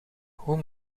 hoe